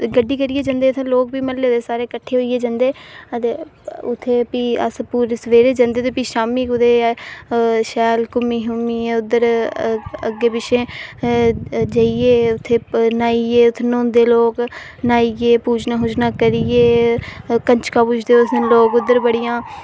गड्डी करियै जंदे म्हल्ले दे लोग कट्ठे अदे भी अस सवेरे जंदे भी शामी कुदै शैल घुमी शुमियै उद्धर अग्गे पिच्छे जेइयै उत्थै न्हाइयै उत्थै न्होंदे लोक न्हाइयै पूजना करियै कजंकां पूजदे उस दिन लोक उद्धर बड़ियां